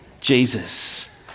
Jesus